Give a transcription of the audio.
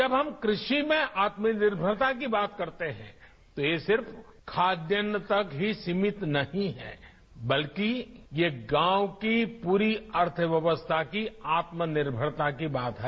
जब हम कृषि में आत्मनिर्भरता की बात करते हैं तो ये सिर्फ खाद्यान तक ही सीमित नहीं हैं बल्कि ये गांव की पूरी अर्थव्यवस्था की आत्म निर्मरता की बात है